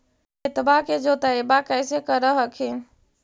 खेतबा के जोतय्बा कैसे कर हखिन?